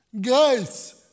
Guys